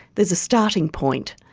there's a starting point.